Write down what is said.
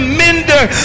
mender